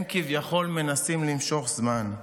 הם כביכול מנסים למשוך זמן.